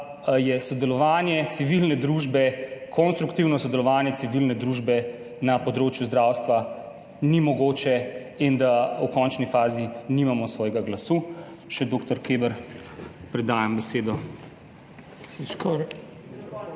da sodelovanje civilne družbe, konstruktivno sodelovanje civilne družbe na področju zdravstva ni mogoče in da v končni fazi nimamo svojega glasu. Še dr. Kebru predajam besedo.